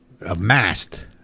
amassed